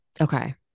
Okay